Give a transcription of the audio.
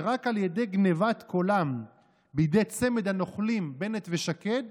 ורק על ידי גנבת קולם בידי צמד הנוכלים בנט ושקד